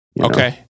Okay